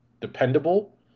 dependable